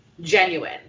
genuine